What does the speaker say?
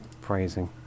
praising